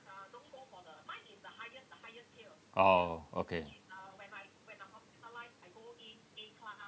oh okay